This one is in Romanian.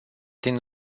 din